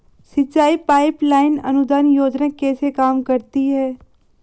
सिंचाई pipeline अनुदान योजना कैसे काम करती है?